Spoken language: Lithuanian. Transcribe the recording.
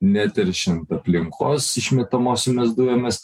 neteršiant aplinkos išmetamosiomis dujomis